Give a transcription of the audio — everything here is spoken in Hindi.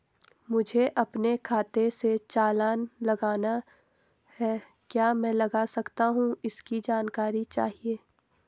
मुझे अपने खाते से चालान लगाना है क्या मैं लगा सकता हूँ इसकी जानकारी चाहिए?